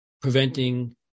preventing